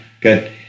Good